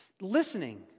listening